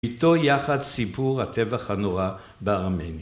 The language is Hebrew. איתו יחד סיפור הטבח הנורא בארמניה.